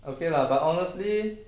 okay lah but honestly